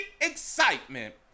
excitement